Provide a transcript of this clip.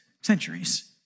Centuries